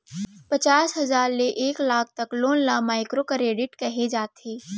पचास हजार ले एक लाख तक लोन ल माइक्रो करेडिट कहे जाथे